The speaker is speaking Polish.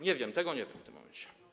Nie wiem tego w tym momencie.